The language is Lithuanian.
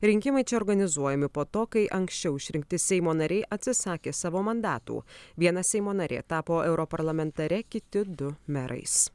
rinkimai čia organizuojami po to kai anksčiau išrinkti seimo nariai atsisakė savo mandatų viena seimo narė tapo europarlamentare kiti du merais